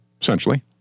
Essentially